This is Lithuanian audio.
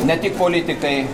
ne tik politikai